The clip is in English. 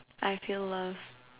I feel loved